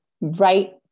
right